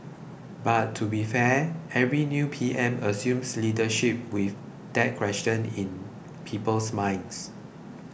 but to be fair every new PM assumes leadership with that question in people's minds